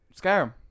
Skyrim